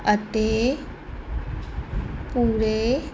ਅਤੇ ਪੂਰੇ